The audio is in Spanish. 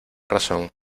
razón